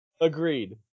Agreed